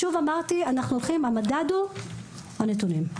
שוב, המדד הוא הנתונים.